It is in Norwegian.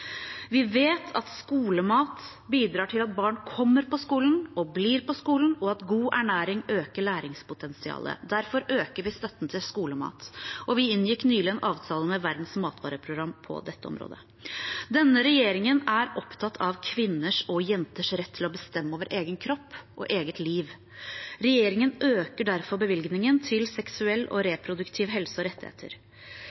Vi vet at skolemat bidrar til at barn kommer på skolen og blir på skolen, og at god ernæring øker læringspotensialet. Derfor øker vi støtten til skolemat. Vi inngikk nylig en avtale med Verdens matvareprogram på dette området. Denne regjeringen er opptatt av kvinners og jenters rett til å bestemme over egen kropp og eget liv. Regjeringen øker derfor bevilgningen til seksuell og